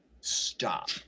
stop